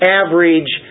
average